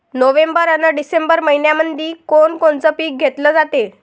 November अन December मइन्यामंधी कोण कोनचं पीक घेतलं जाते?